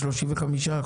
35%,